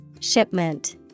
Shipment